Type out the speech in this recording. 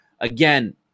Again